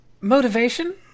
Motivation